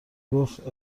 گفت